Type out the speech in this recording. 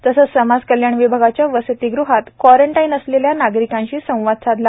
तसेच समाजकल्याण विभागाच्या वसतीगृहात क्वॉरंटाईन असलेल्या नागरिकांशी त्यांनी संवाद साधला